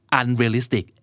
unrealistic